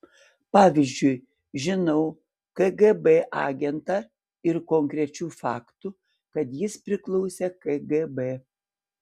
pavyzdžiui žinau kgb agentą ir konkrečių faktų kad jis priklausė kgb